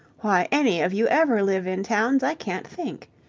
why any of you ever live in towns i can't think.